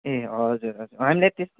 ए हजुर हामीलाई तेस्